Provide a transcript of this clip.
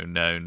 no